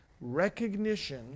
recognition